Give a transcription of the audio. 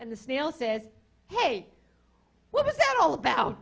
and the snail says hey what was that all about